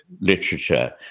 literature